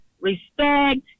respect